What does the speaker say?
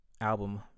album